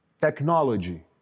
technology